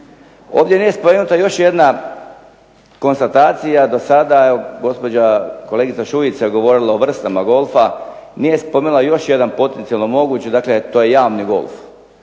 Ovdje nije spomenuta još jedna konstatacija do sada, gospođa kolegica Šuica je govorila o vrstama golfa. Nije spomenula još jedan potencijalno moguć. Dakle, to je javni golf.